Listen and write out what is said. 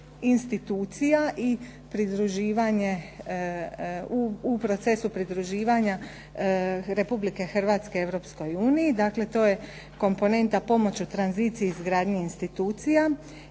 institucija i pridruživanje, u procesu pridruživanja Republike Hrvatske Europskoj uniji. Dakle, to je komponenta pomoć u tranziciji i izgradnji institucija